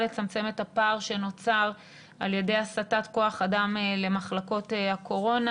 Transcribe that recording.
לצמצם את הפער שנוצר על ידי הסטת כוח אדם למחלקות הקורונה.